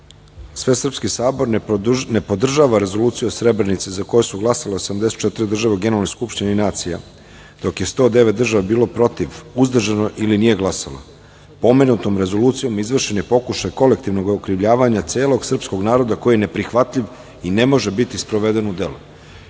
Svesrpski sabor ne podržava Rezoluciju o Srebrenici, za koju su glasale 84 države u Generalnoj skupštini UN, dok je 109 država bilo protiv, uzdržano ili nije glasalo. Pomenutom rezolucijom izvršen je pokušaj kolektivnog okrivljavanja celog srpskog naroda, koji je neprihvatljiv i ne može biti sproveden u